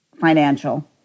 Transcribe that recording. financial